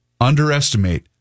underestimate